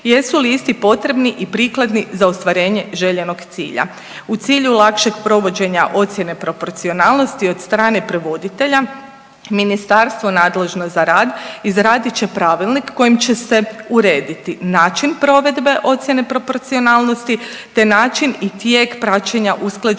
jesu li isti potrebni i prikladni za ostvarenje željenog cilja. U cilju lakšeg provođenja ocjene proporcionalnosti od strane prevoditelja Ministarstvo nadležno za rad izradit će pravilnik kojim će se urediti način provedbe ocjene proporcionalnosti, te način i tijek praćenja usklađenosti